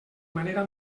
manera